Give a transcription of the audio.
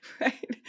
Right